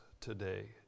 today